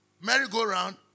merry-go-round